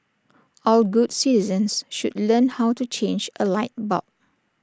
all good citizens should learn how to change A light bulb